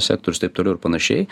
sektorius taip toliau ir panašiai